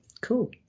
Cool